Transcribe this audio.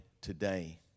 today